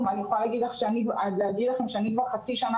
אני יכולה להגיד לך שאני כבר חצי שנה